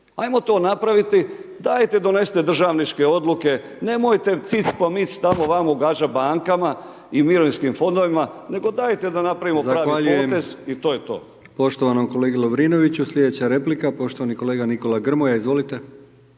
Ajmo to napraviti dajte donesite državničke odluke nemojte cic po mic tamo vamo ugađat bankama i mirovinskim fondovima nego dajte da napravimo pravi potez …/Upadica: